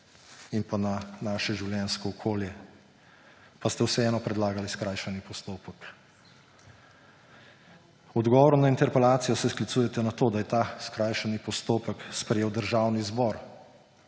in pa na naše življenjsko okolje, pa ste vseeno predlagali skrajšani postopek. V odgovoru na interpelacijo se sklicujete na to, da je ta skrajšani postopek sprejel Državni zbor,